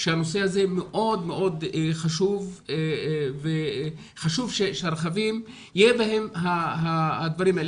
שהנושא הזה מאוד מאוד חשוב וחשוב שברכבים יהיו בהם הדברים האלה.